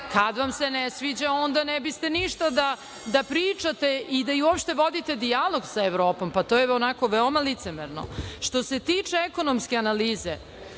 Kad vam se ne sviđa, onda ne biste ništa da pričate i da uopšte vodite dijalog sa Evropom. To je veoma licemerno. Što se tiče ekonomske analize,